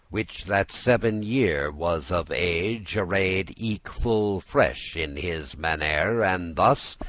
which that seven year was of age, arrayed eke full fresh in his mannere and thus,